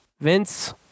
Vince